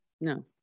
No